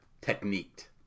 technique